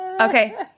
okay